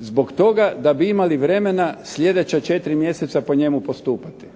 Zbog toga da bi imali vremena sljedeća 4 mjeseca po njemu postupati.